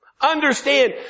Understand